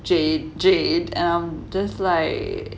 jade jade and I'm just like